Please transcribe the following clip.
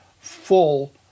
full